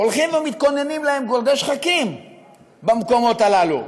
הולכים ומתכוננים להם גורדי שחקים במקומות הללו.